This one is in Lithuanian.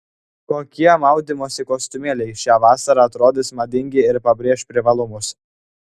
kokie maudymosi kostiumėliai šią vasarą atrodys madingai ir pabrėš privalumus